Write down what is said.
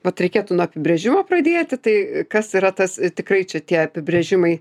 vat reikėtų nuo apibrėžimo pradėti tai kas yra tas tikrai čia tie apibrėžimai